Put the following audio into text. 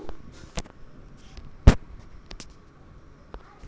সর্ষে জমিতে ফেলে কি কোন প্রকার সার দেওয়া প্রয়োজন?